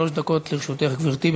שלוש דקות לרשותך, גברתי.